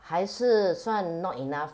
还是算 not enough